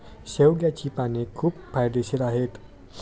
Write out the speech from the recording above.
शेवग्याची पाने खूप फायदेशीर आहेत